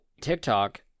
TikTok